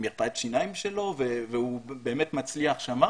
מרפאת שיניים שלו והוא באמת מצליח שם,